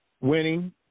winning